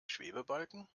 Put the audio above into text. schwebebalken